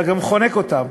אלא גם חונק אותם,